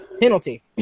Penalty